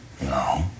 No